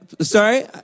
sorry